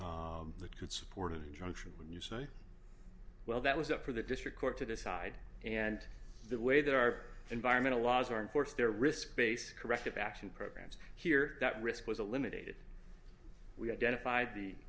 could support an injunction when you say well that was up for the district court to decide and the way that our environmental laws are enforced they're risk based corrective action programs here that risk was eliminated we identified the